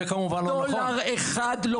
דולר אחד לא